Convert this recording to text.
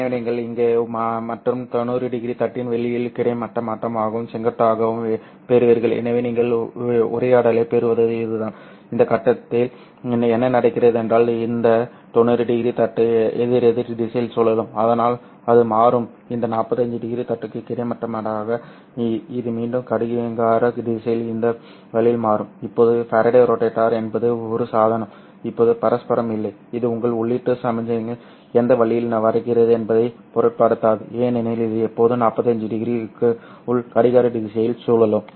எனவே நீங்கள் இங்கே மற்றும் 90 º தட்டின் வெளியீட்டில் கிடைமட்டமாகவும் செங்குத்தாகவும் பெறுவீர்கள் எனவே நீங்கள் உரையாடலைப் பெறுவது இதுதான் இந்த கட்டத்தில் என்ன நடக்கிறது என்றால் இந்த 90 º தட்டு எதிரெதிர் திசையில் சுழலும் அதனால் அது மாறும் இந்த 45 º தட்டுக்கு கிடைமட்டமாக இது மீண்டும் கடிகார திசையில் இந்த வழியில் மாறும் இப்போது ஃபாரடே ரோட்டேட்டர் என்பது ஒரு சாதனம் இது பரஸ்பரம் இல்லை இது உங்கள் உள்ளீட்டு சமிக்ஞை எந்த வழியில் வருகிறது என்பதைப் பொருட்படுத்தாது ஏனெனில் இது எப்போதும் 45º க்குள் கடிகார திசையில் சுழலும்